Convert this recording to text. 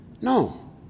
No